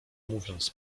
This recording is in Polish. mówiąc